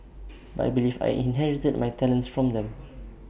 but I believe I inherited my talents from them